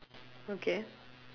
okay